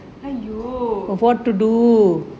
!aiyo!